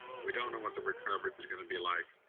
we don't know what the recovery is gonna be like.